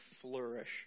flourish